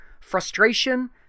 frustration